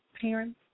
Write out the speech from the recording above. parents